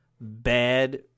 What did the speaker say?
bad